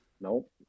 Nope